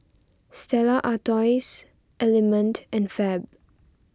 Stella Artois Element and Fab